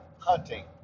hunting